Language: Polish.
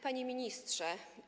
Panie Ministrze!